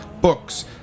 Books